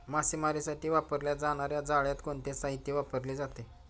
मासेमारीसाठी वापरल्या जाणार्या जाळ्यात कोणते साहित्य वापरले जाते?